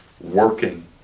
working